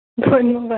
ধন্যবাদ